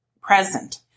present